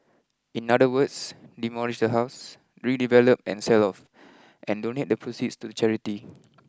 in other words demolish the house redevelop and sell off and donate the proceeds to charity